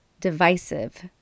divisive